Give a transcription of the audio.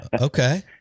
Okay